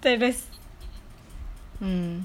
terus mm